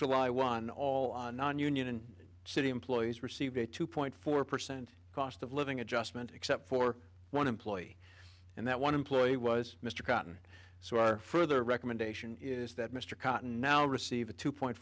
july one all on nonunion city employees receive a two point four percent cost of living adjustment except for one employee and that one employee was mr cotton so are further recommendation is that mr cotton now receive a two point